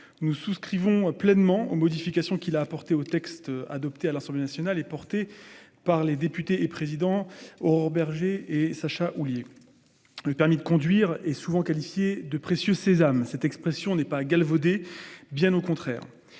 Nous souscrivons pleinement aux modifications qu'il a proposé d'apporter au texte adopté par l'Assemblée nationale et porté par les députés Aurore Bergé et Sacha Houlié. Le permis de conduire est souvent qualifié de précieux sésame. Cette expression n'est pas galvaudée, bien au contraire.